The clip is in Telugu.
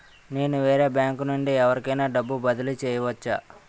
నేను వేరే బ్యాంకు నుండి ఎవరికైనా డబ్బు బదిలీ చేయవచ్చా?